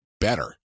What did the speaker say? better